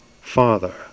father